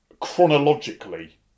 chronologically